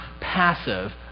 passive